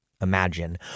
imagine